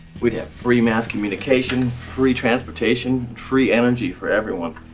we'd have free mass communication. free transportation. free energy for everyone.